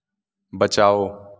बचाओ